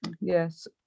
yes